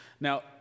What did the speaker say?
Now